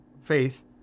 faith